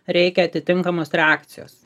reikia atitinkamos reakcijos